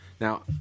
Now